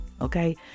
okay